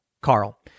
Carl